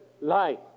life